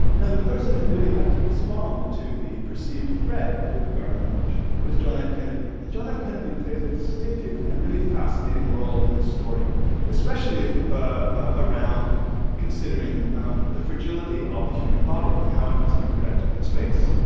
now the person who really had to respond to the perceived threat of the gargarin launch was john f. kennedy. and john f. kennedy plays a distinctive and really fascinating role in this story especially ah around considering um the fragility of the human body and how it must be protected in space.